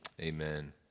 amen